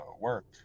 work